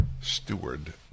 steward